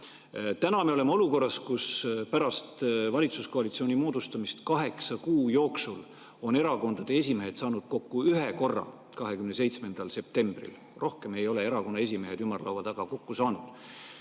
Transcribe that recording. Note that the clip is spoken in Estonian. me oleme olukorras, kus pärast valitsuskoalitsiooni moodustamist kaheksa kuu jooksul on erakondade esimehed saanud kokku ühe korra, 27. septembril. Rohkem ei ole erakonnaesimehed ümarlaua taga kokku saanud.